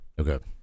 Okay